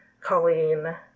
Colleen